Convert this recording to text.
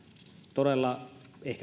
todella ovat ehkä